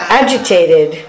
agitated